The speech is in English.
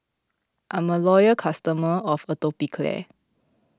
I'm a loyal customer of Atopiclair